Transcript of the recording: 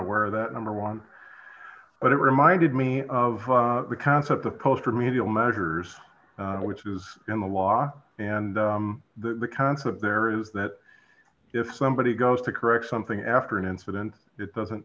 aware that number one but it reminded me of the concept the poster medial measures which is in the law and the concept there is that if somebody goes to correct something after an incident it doesn't